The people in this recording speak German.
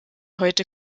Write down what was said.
heute